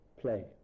play